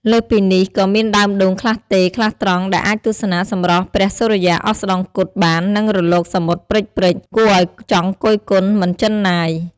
លើសពីនេះ ក៏មានដើមដូងខ្លះទេរ ខ្លះត្រង់ ដែលអាចទស្សនាសម្រស់ព្រះសុរិយាអស្តង្គតបាន និងរលកសមុទ្រព្រិចៗ គួរឱ្យចង់គយគន់មិនជិនណាយ។